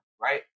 right